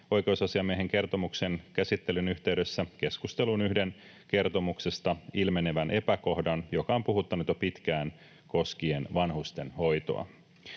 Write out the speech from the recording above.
oikeusasiamiehen kertomuksen käsittelyn yhteydessä keskusteluun yhden kertomuksesta ilmenevän epäkohdan, joka on puhuttanut jo pitkään koskien vanhustenhoitoa.